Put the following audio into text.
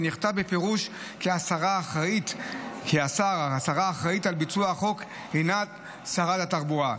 ונכתב בפירוש כי השרה האחראית על ביצוע החוק הינה שרת התחבורה.